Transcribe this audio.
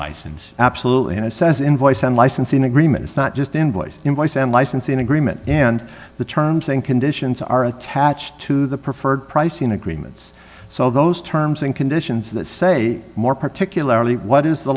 license absolutely and it says invoice and licensing agreements not just invoice invoice and licensing agreement and the terms and conditions are attached to the preferred pricing agreements so those terms and conditions that say more particularly what is the